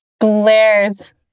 Glares